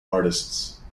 artists